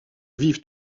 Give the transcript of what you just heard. vivent